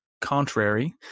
contrary